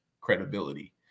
credibility